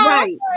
Right